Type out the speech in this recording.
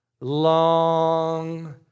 long